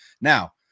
Now